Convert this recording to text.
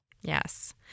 Yes